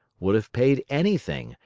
would have paid anything,